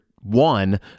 one